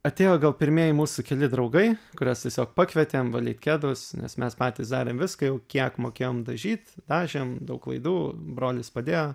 atėjo gal pirmieji mūsų keli draugai kuriuos tiesiog pakvietėm valyt kedus nes mes patys darėm viską jau kiek mokėjom dažyt dažėm daug klaidų brolis padėjo